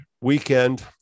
weekend